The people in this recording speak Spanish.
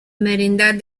merindad